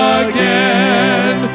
again